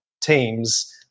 teams